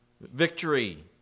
victory